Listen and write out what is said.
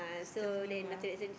still new ah